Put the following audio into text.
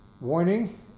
warning